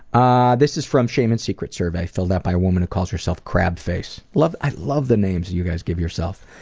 ah this is from shame and secrets survey, filled out by a woman who calls herself crab face. i love the names you guys give yourself.